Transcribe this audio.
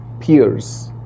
peers